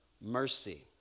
mercy